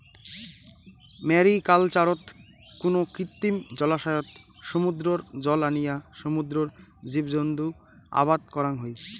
ম্যারিকালচারত কুনো কৃত্রিম জলাশয়ত সমুদ্রর জল আনিয়া সমুদ্রর জীবজন্তু আবাদ করাং হই